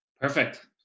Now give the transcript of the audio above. perfect